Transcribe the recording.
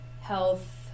health